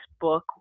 book